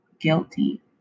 guilty